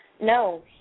No